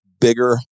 bigger